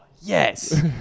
yes